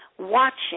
watching